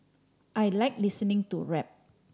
I like listening to rap